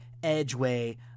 Edgeway